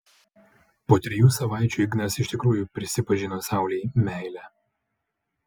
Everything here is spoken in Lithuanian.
po trijų savaičių ignas iš tikrųjų prisipažino saulei meilę